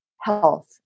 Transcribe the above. health